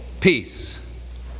peace